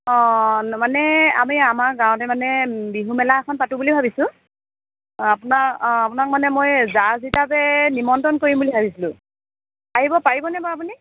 অঁ মানে আমি আমাৰ গাঁৱতে মানে বিহু মেলা এখন পাতো বুলি ভাবিছোঁ আপোনাক আপোনাক মানে মই এই জাজ হিচাপে নিমন্ত্ৰণ কৰিম বুলি ভাবিছিলোঁ আহিব পাৰিবনে বাৰু আপুনি